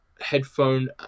headphone